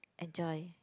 enjoy